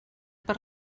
per